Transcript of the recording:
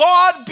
God